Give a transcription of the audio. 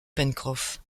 pencroff